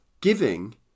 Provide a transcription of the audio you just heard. giving